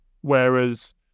whereas